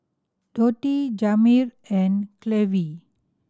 Dotty Jamir and Clevie